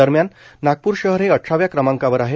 दरम्यान नागपूर शहर हे अठराव्या क्रमांकावर आहे